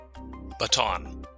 Baton